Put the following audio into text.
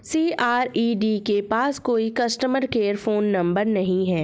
CRED के पास कोई कस्टमर केयर फोन नंबर नहीं है